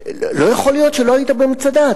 לא יכול להיות שלא היית במצדה.